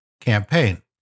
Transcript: campaign